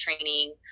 training